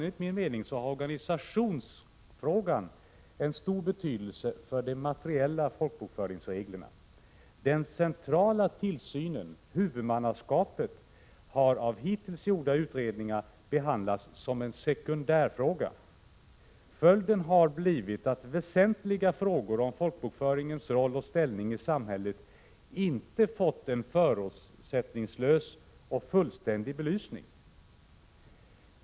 Enligt min mening har organisationsfrågan stor betydelse för de materiella folkbokföringsreglerna. Den centrala tillsynen, huvudmannaskapet, har av hittills gjorda utredningar behandlats som en sekundärfråga. Följden har blivit att väsentliga frågor om folkbokföringens roll och ställning i samhället inte fått en förutsättningslös och fullständig belysning.